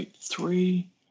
three